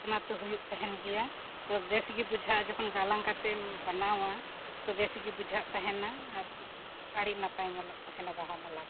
ᱚᱱᱟ ᱛᱳ ᱦᱩᱭᱩᱜ ᱛᱟᱦᱮᱱ ᱜᱮᱭᱟ ᱛᱳ ᱵᱮᱥ ᱜᱮ ᱵᱩᱡᱷᱟᱹᱜᱼᱟ ᱡᱚᱠᱷᱚᱱ ᱜᱟᱞᱟᱝ ᱠᱟᱛᱮᱫ ᱮᱢ ᱵᱮᱱᱟᱣᱟ ᱛᱳ ᱵᱮᱥ ᱜᱮ ᱵᱩᱡᱷᱟᱜ ᱛᱟᱦᱮᱱᱟ ᱟᱨ ᱟᱹᱰᱤ ᱱᱟᱯᱟᱭ ᱧᱮᱞᱚᱜ ᱛᱟᱦᱮᱱᱟ ᱵᱟᱦᱟ ᱢᱟᱞᱟ ᱫᱚ